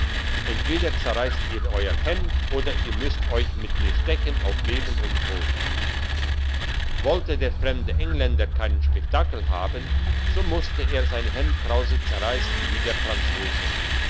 entweder zerreisst ihr euer hemd oder ihr müsst euch mit mir stechen auf leben und tod wollte der fremde engländer keinen spektakel haben so musste er seine hemdkrause zerreissen wie der franzose